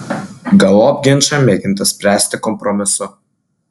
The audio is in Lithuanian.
galop ginčą mėginta spręsti kompromisu